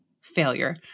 failure